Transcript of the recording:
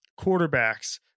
Quarterbacks